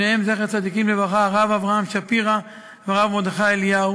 שניהם זכר צדיקים לברכה: הרב אברהם שפירא והרב מרדכי אליהו,